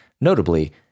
notably